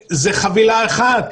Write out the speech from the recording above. זו חבילה אחת.